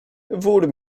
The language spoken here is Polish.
wór